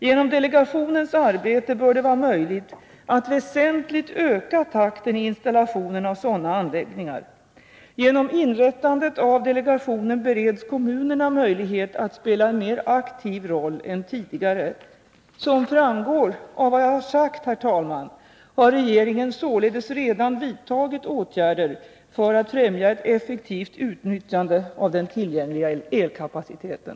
Genom delegationens arbete bör det vara möjligt att väsentligt öka takten i installationen av sådana anläggningar. Genom inrättande av delegationen bereds kommunerna möjlighet att spela en mer aktiv roll än tidigare. Som framgår av vad jag har sagt har regeringen således redan vidtagit åtgärder för att främja ett effektivt utnyttjande av den tillgängliga elkapaciteten.